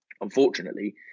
Unfortunately